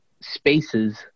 spaces